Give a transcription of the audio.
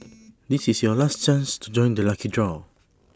this is your last chance to join the lucky draw